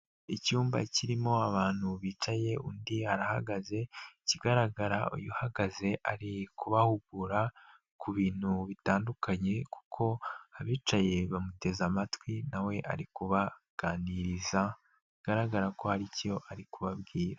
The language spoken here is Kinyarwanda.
Icyumba kirimo abantu bicaye undi arahagaze, ikigaragara uyu uhagaze ari kubahugura ku bintu bitandukanye kuko abicaye bamuteze amatwi, nawe ari kubabaganiriza, bigaragara ko hari icyo ari kubabwira.